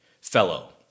fellow